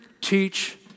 teach